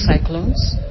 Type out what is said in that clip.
cyclones